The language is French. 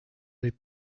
les